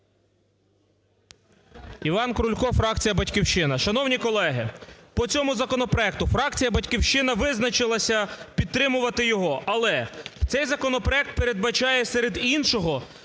Іван Крулько, фракція "Батьківщина". Шановні колеги, по цьому законопроекту фракція "Батьківщина" визначилася підтримувати його. Але цей законопроект передбачає серед іншого